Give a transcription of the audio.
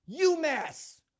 UMass